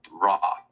raw